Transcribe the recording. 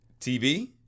TV